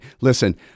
Listen